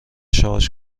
شارژ